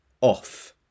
off